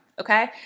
okay